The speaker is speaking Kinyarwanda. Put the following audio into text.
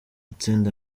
itsinda